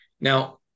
Now